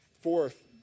Fourth